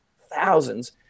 thousands